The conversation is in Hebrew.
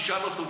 תשאל אותו,